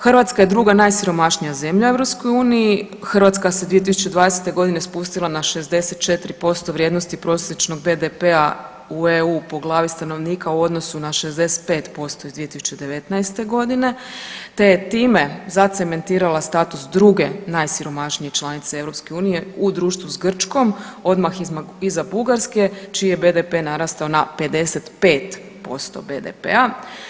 Hrvatska je druga najsiromašnija zemlja u EU, Hrvatska se 2020.g. spustila na 64% vrijednosti prosječnog BDP-a u EU po glavi stanovnika u odnosu na 65% iz 2019.g., te je time zacementirala status druge najsiromašnije članice EU u društvu s Grčkom odmah iza Bugarske čiji je BDP narastao na 55% BDP-a.